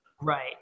Right